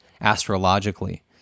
astrologically